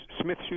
Smith